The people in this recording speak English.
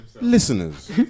Listeners